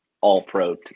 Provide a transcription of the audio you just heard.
all-pro